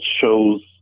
shows